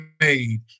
made